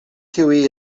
tiuj